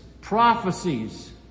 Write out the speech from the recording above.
prophecies